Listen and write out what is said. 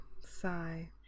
sigh